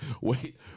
wait